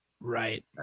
Right